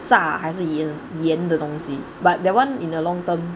炸还是盐盐的东西 but that one in the long term